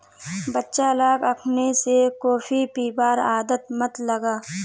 बच्चा लाक अखनइ स कॉफी पीबार आदत मत लगा